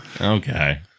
Okay